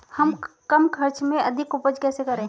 हम कम खर्च में अधिक उपज कैसे करें?